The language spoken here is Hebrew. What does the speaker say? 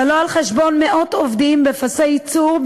אבל לא על חשבון מאות עובדים בפסי ייצור,